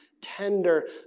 tender